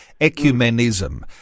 ecumenism